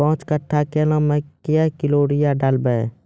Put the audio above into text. पाँच कट्ठा केला मे क्या किलोग्राम यूरिया डलवा?